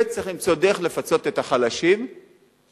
וצריך למצוא דרך לפצות את החלשים שנפגעו,